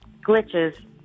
glitches